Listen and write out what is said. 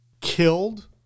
Killed